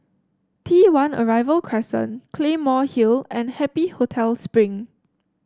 T One Arrival Crescent Claymore Hill and Happy Hotel Spring